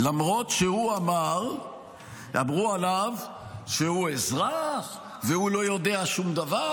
-- למרות שאמרו עליו שהוא אזרח והוא לא יודע שום דבר,